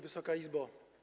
Wysoka Izbo!